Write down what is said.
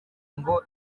ngo